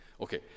Okay